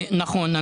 נכון,